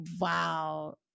wow